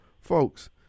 folks